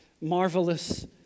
marvelous